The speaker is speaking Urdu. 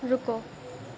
رکو